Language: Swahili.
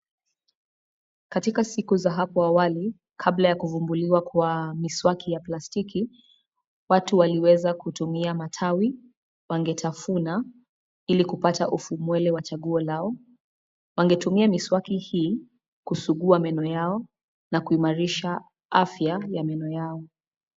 Katika siku za hapo awali , kabla ya kuvunduliwa kwa miswaki ya plastiki, watu waliweza kutumia matawi . Wangetafuna ili kupata ufubule wa chaguo lao . Wangetumia miswaki hii kusugua meno yao na kuimarisha afya ya meno yao.